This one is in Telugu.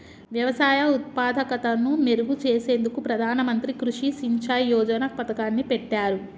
వ్యవసాయ ఉత్పాదకతను మెరుగు చేసేందుకు ప్రధాన మంత్రి కృషి సించాయ్ యోజన పతకాన్ని పెట్టారు